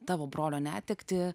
tavo brolio netektį